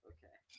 Okay